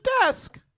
desk